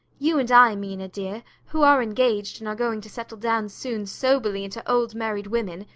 you and i, mina dear, who are engaged and are going to settle down soon soberly into old married women,